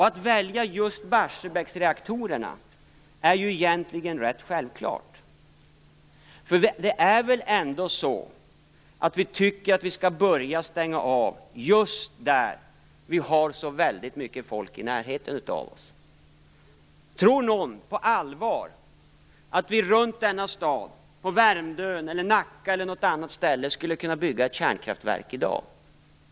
Att välja just Barsebäcksreaktorerna är egentligen rätt självklart. Det är väl ändå så att vi skall börja att stänga av just där vi har så väldigt många människor i närheten? Tror någon på allvar att vi i dag i området runt denna stad, på Värmdön, i Nacka eller på något annat ställe, skulle kunna bygga ett kärnkraftverk?